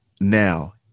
now